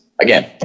again